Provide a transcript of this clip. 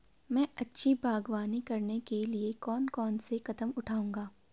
मैं अच्छी बागवानी करने के लिए कौन कौन से कदम बढ़ाऊंगा?